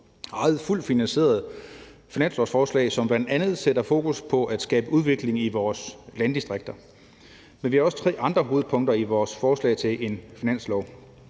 eget fuldt finansierede finanslovsforslag, som bl.a. sætter fokus på at skabe udvikling i vores landdistrikter. Vi har også tre andre hovedpunkter i vores forslag til en finanslov.